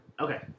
Okay